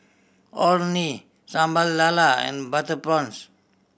Orh Nee Sambal Lala and butter prawns